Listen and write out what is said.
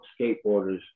skateboarders